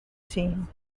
team